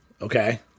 Okay